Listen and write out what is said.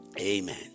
Amen